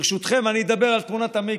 ברשותכם, אני אדבר על תמונת המיקרו.